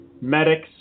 medics